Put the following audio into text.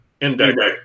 index